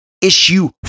Issue